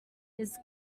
his